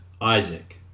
Isaac